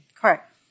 Correct